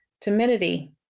Timidity